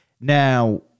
Now